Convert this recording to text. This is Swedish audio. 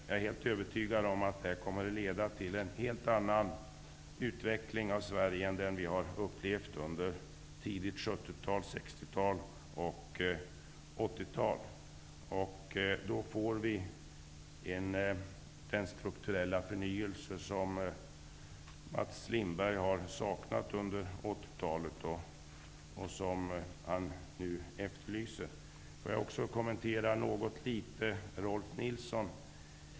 Jag är helt övertygad om att detta kommer att leda till en helt annan utveckling av Sverige än den vi har upplevt under 60-tal, tidigt 70 tal och 80-tal. Då får vi den strukturella förnyelse som Mats Lindberg har saknat under 80-talet och som han nu efterlyser. Får jag också något kommentera vad Rolf L Nilson säger.